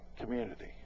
community